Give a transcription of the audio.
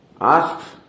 asks